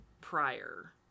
prior